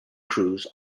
crews